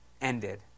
ended